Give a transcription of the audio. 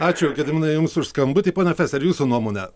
ačiū gediminai jums už skambutį ponia feser jūsų nuomone